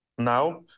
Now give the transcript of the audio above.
now